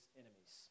enemies